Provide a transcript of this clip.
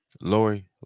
Lori